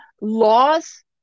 laws